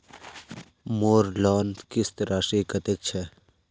मोर लोन किस्त राशि कतेक छे?